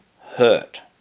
hurt